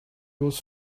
was